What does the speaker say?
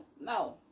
no